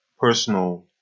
personal